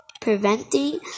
preventing